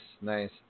nice